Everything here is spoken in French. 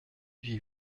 j’ai